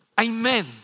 amen